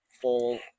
full